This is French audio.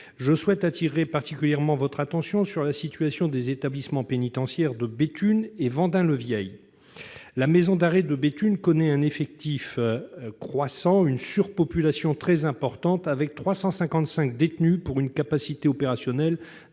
Je souhaite attirer particulièrement votre attention sur la situation des établissements pénitentiaires de Béthune et Vendin-le-Vieil. La maison d'arrêt de Béthune connaît en effet depuis plusieurs années une surpopulation très importante. Aujourd'hui, avec 355 détenus pour une capacité opérationnelle